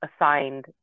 assigned